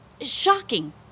shocking